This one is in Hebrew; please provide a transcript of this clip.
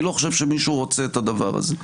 אני לא חושב שמישהו רוצה את הדבר הזה.